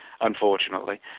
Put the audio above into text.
unfortunately